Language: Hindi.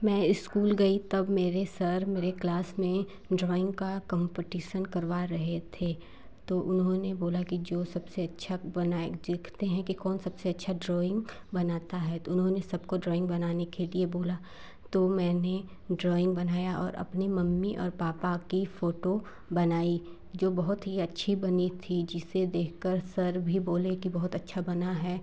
मैं इस्कूल गई तब मेरे सर मेरे क्लास में ड्राॅइंग का कम्पटीसन करवा रहे थे तो उन्होंने बोला कि जो सबसे अच्छा देखते हैं कि कौन सबसे अच्छा ड्राँइंग बनाता है तो उन्होंने सबको ड्राॅइंग बनाने के लिए बोला तो मैंने ड्राॅइंग बनाया और अपनी मम्मी और पापा की फोटो बनाई जो बहुत ही अच्छी बनी थी जिसे देख कर सर भी बोले कि बहुत अच्छा बना है